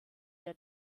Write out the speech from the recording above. der